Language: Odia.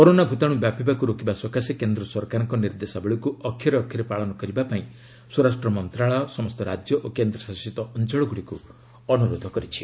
କରୋନା ଭତାଣ୍ର ବ୍ୟାପିବାକୃ ରୋକିବା ସକାଶେ କେନ୍ଦ୍ର ସରକାରଙ୍କ ନିର୍ଦ୍ଦେଶାବଳୀକୁ ଅକ୍ଷରେ ଅକ୍ଷରେ ପାଳନ କରିବା ପାଇଁ ସ୍ୱରାଷ୍ଟ୍ର ମନ୍ତ୍ରଣାଳୟ ସମସ୍ତ ରାଜ୍ୟ ଓ କେନ୍ଦ୍ରଶାସିତ ଅଞ୍ଚଳଗୁଡ଼ିକୁ ଅନୁରୋଧ କରିଛି